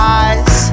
eyes